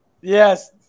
Yes